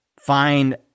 find